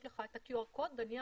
יש לך את ה-QR קוד ונניח,